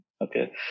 Okay